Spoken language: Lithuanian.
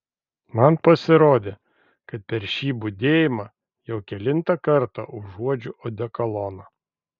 man pasirodė kad per šį budėjimą jau kelintą kartą užuodžiu odekoloną